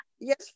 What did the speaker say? yes